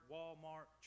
Walmart